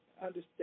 understand